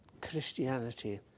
Christianity